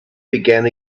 began